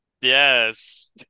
Yes